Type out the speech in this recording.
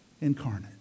incarnate